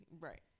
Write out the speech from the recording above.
Right